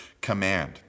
command